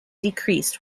decreased